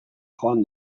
joan